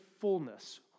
fullness